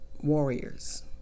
warriors